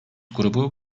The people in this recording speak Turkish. grubu